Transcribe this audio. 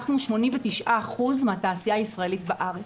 אנחנו 89% מהתעשייה הישראלית בארץ.